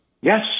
yes